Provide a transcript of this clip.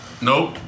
Nope